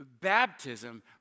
Baptism